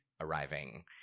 arriving